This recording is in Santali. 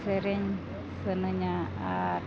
ᱥᱮᱨᱮᱧ ᱥᱟᱱᱟᱧᱟ ᱟᱨ